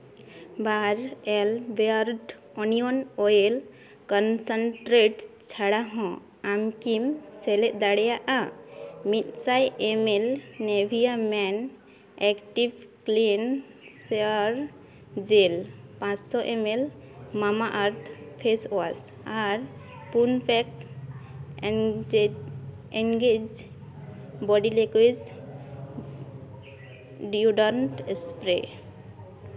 ᱵᱟᱨ ᱮᱞ beard onion oil concentrate ᱪᱷᱟᱲᱟ ᱦᱚᱸ ᱟᱢ ᱠᱤᱢ ᱥᱮᱞᱮᱫ ᱫᱟᱲᱮᱭᱟᱜᱼᱟ ᱢᱤᱫ ᱥᱟᱭ ML Nivea men active clean shower gel ᱯᱟᱸᱥᱥᱳ ML Mamaearth face wash ᱯᱩᱱ ᱯᱮᱠᱥ ᱮᱱᱡᱮᱡ ᱮᱱᱜᱮᱹᱡᱽ ᱵᱚᱰᱤ ᱞᱤᱠᱩᱭᱮᱥ ᱰᱤᱭᱩ ᱰᱟᱨᱱ ᱥᱯᱨᱮ